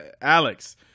Alex